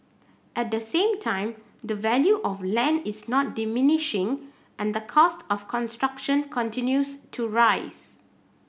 at the same time the value of land is not diminishing and the cost of construction continues to rise